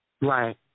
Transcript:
Right